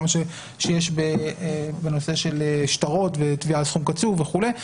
כל מה שיש בנושא של שטרות ותביעה על סכום קצוב וכולי.